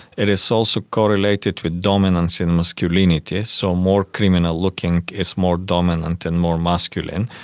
it is also correlated with dominance and masculinity, so more criminal looking is more dominant and more masculine.